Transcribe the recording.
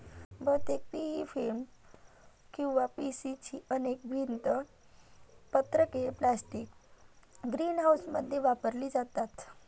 बहुतेक P E film किंवा P C ची अनेक भिंत पत्रके प्लास्टिक ग्रीनहाऊसमध्ये वापरली जातात